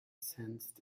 sensed